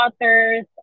authors